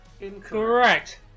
Incorrect